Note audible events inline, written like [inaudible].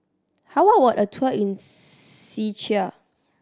how [unintelligible] a tour in Czechia